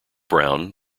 brown